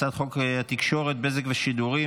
הצעת חוק התקשורת (בזק ושידורים)